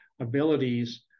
abilities